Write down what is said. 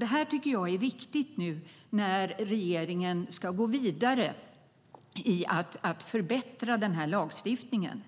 Det tycker jag är viktigt nu när regeringen ska gå vidare med att förbättra den här lagstiftningen.